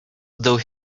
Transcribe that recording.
though